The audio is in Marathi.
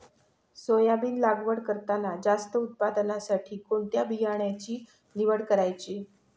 सोयाबीन लागवड करताना जास्त उत्पादनासाठी कोणत्या बियाण्याची निवड करायची?